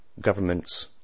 Governments